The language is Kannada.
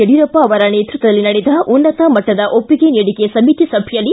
ಯಡಿಯೂರಪ್ಪ ಅವರ ನೇತೃತ್ವದಲ್ಲಿ ನಡೆದ ಉನ್ನತ ಮಟ್ಟದ ಒಟ್ಟಿಗೆ ನೀಡಿಕೆ ಸಮಿತಿ ಸಭೆಯಲ್ಲಿ